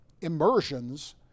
immersions